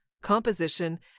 Composition